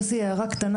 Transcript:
יוסי, הערה קטנה